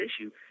issue